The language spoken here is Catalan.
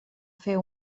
fer